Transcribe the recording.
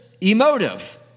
emotive